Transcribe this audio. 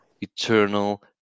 eternal